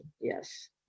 yes